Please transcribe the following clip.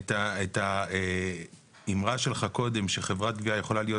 את האמרה שלך קודם שחברת גבייה יכולה להיות